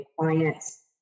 clients